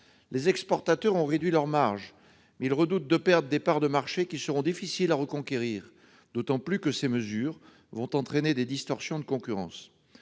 Les exportateurs ont réduit leurs marges, mais ils redoutent de perdre des parts de marchés qui seront difficiles à reconquérir, d'autant que ces mesures entraîneront des distorsions de concurrence.